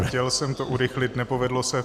Chtěl jsem to urychlit, nepovedlo se.